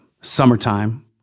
summertime